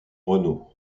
renaud